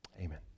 Amen